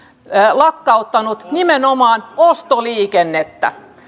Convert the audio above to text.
lakkauttanut nimenomaan ostoliikennettä